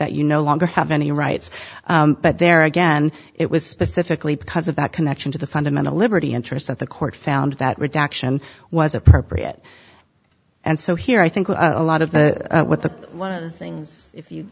that you no longer have any rights but there again it was specifically because of that connection to the fundamental liberty interest that the court found that redaction was appropriate and so here i think a lot of what the one of the things if you